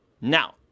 now